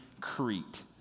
Crete